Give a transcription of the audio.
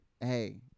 hey